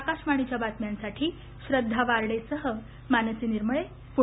आकाशवाणीच्या बातम्यांसाठी श्रद्धा वार्डेसह मानसी निर्मळे पुणे